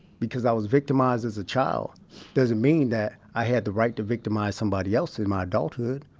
because i was victimized as a child doesn't mean that i had the right to victimize somebody else in my adulthood.